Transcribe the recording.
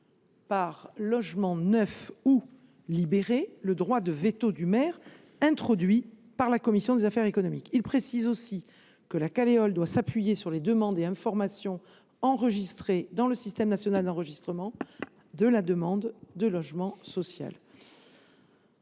par logement neuf ou libéré le recours au droit de veto du maire introduit par la commission des affaires économiques. Il tend également à préciser que la Caleol doit s’appuyer sur les demandes et les informations enregistrées dans le système national d’enregistrement (SNE) de la demande de logement social.